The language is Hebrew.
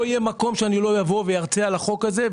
לא יהיה מקום בו לא אבוא וארצה על החוק הזה,